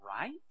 right